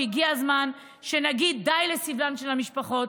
הגיע הזמן שנגיד די לסבלן של המשפחות.